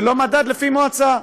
ולא מדד לפי מועצה.